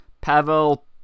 Pavel